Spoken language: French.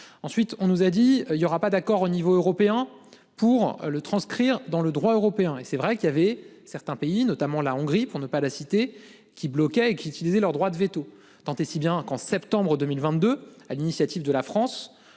Ensuite on nous a dit il y aura pas d'accord au niveau européen pour le transcrire dans le droit européen et c'est vrai qu'il y avait certains pays notamment la Hongrie pour ne pas la citer, qui bloquaient qui utiliser leur droit de véto tant et si bien qu'en septembre 2022 à l'initiative de la France.